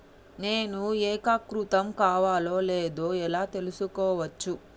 నేను ఏకీకృతం కావాలో లేదో ఎలా తెలుసుకోవచ్చు?